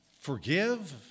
forgive